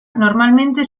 normalmente